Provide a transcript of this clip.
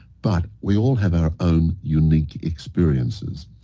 but, we all have our own unique experiences.